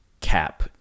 cap